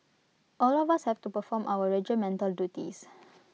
all of us have to perform our regimental duties